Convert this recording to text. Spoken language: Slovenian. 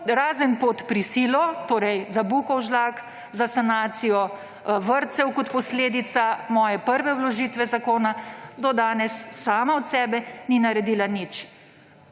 razen pod prisilo, torej za Bukovžlak, za sanacijo vrtcev kot posledice moje prve vložitve zakona, do danes sama od sebe ni naredila nič.